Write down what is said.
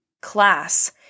class